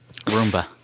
Roomba